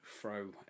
throw